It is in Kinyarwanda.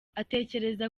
atekereza